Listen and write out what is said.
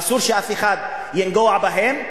אסור שאף אחד ייגע בהם,